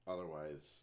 Otherwise